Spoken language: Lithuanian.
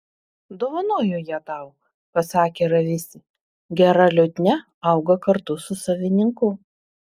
dovanoju ją tau pasakė ravisi gera liutnia auga kartu su savininku